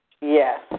Yes